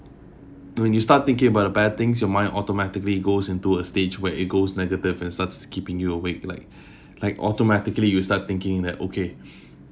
when you start thinking about the bad things your mind automatically goes into a stage where it goes negative and starts keeping you awake like like automatically you start thinking that okay